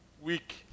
week